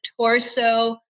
torso